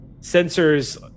Sensors